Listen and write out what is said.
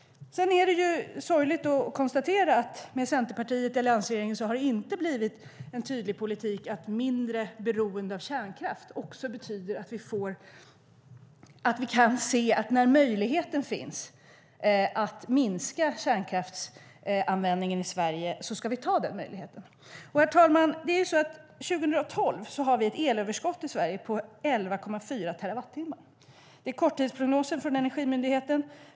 Sedan är det sorgligt att konstatera att det med Centerpartiet i alliansregeringen inte har blivit en tydlig politik som säger att mindre beroende av kärnkraft betyder att vi ska ta chansen när möjligheten finns att minska kärnkraftsanvändningen i Sverige. Herr talman! År 2012 har vi ett elöverskott i Sverige på 11,4 terawattimmar. Det är korttidsprognosen från Energimyndigheten.